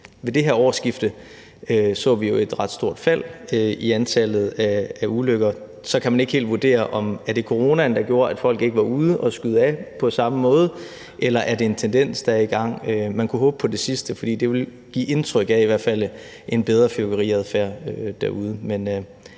Ved det her årsskifte så vi jo et ret stort fald i antallet af ulykker. Så kan man ikke helt vurdere, om det er coronaen, der gjorde, at folk ikke var ude og skyde af på samme måde, eller om det er en tendens, der er i gang. Man kunne håbe på det sidste, for det vil i hvert fald give indtryk af en bedre fyrværkeriadfærd derude.